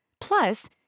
Plus